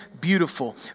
beautiful